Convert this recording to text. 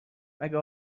مگه